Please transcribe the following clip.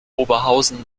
oberhausen